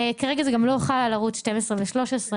כרגע זה לא חל על ערוצים 12 ו-13,